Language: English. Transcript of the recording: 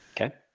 Okay